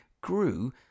grew